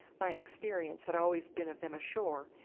my experience had always been of them ashore,